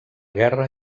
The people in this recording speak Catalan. guerra